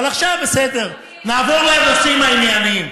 אבל עכשיו בסדר, נעבור לנושאים הענייניים.